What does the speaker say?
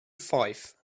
five